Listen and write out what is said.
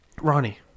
Ronnie